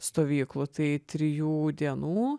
stovyklų tai trijų dienų